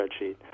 spreadsheet